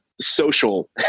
social